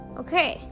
okay